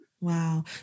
Wow